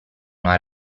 una